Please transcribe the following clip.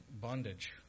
bondage